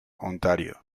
ontario